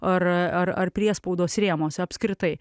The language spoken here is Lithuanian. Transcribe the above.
ar ar ar priespaudos rėmuose apskritai